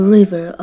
River